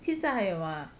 现在还有吗